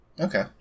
Okay